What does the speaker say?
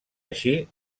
així